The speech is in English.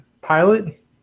Pilot